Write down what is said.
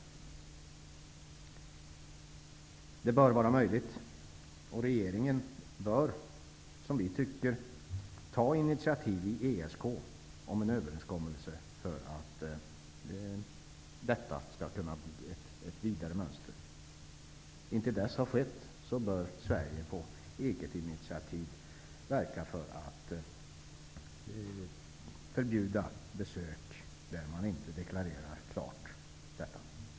Detta bör vara möjligt. Regeringen bör i ESK ta initiativ till en överenskommelse för att det skall kunna bli ett vidare mönster. Intill det har skett bör Sverige på eget initiativ verka för att förbjuda besök där man inte klart deklarerar detta.